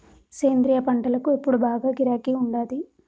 సేంద్రియ పంటలకు ఇప్పుడు బాగా గిరాకీ ఉండాది